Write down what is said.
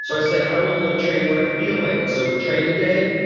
so i said, i will only train when i feel like it. so train a day,